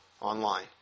online